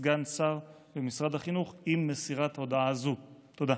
בשני מישורים: אחד,